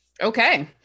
Okay